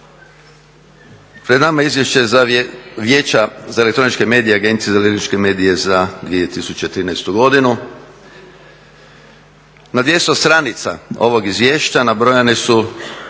Pred nama je Izvješće Vijeća za elektroničke medije i Agencije za elektroničke medije za 2013. godinu. Na 200 stranica ovog izvješća nabrojane su